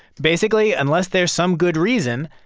basically, unless there's some good reason,